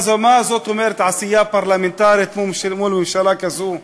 מה זאת אומרת עשייה פרלמנטרית מול ממשלה כזו.